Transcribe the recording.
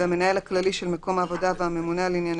המנהל הכללי של מקום העבודה והממונה על ענייני